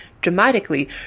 dramatically